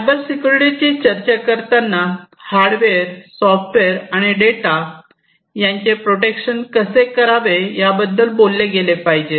cyber सिक्युरिटीची चर्चा करताना हार्डवेअर सॉफ्टवेअर आणि डेटा यांचे प्रोटेक्शन कसे करावे याबद्दल बोलले गेले पाहिजे